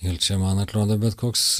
ir čia man atrodo bet koks